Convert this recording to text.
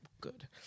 good